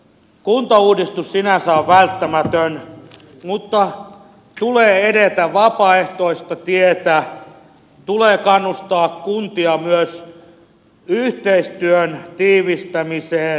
kuntauudistus sinänsä on välttämätön mutta tulee edetä vapaaehtoista tietä tulee kannustaa kuntia myös yhteistyön tiivistämiseen